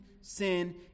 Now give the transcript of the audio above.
sin